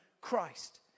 Christ